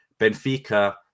Benfica